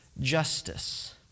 justice